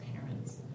parents